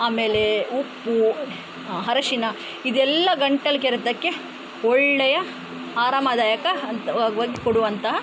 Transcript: ಆಮೇಲೆ ಉಪ್ಪು ಅರಶಿನ ಇದೆಲ್ಲ ಗಂಟಲು ಕೆರೆತಕ್ಕೆ ಒಳ್ಳೆಯ ಆರಾಮದಾಯಕ ಅಂತ ಒಗ್ಗಿಕೊಡುವಂತಹ